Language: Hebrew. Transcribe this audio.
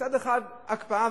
מצד אחד, הקפאה.